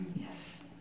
yes